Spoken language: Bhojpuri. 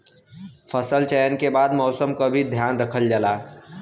फसल चयन के बाद मौसम क भी ध्यान रखल जाला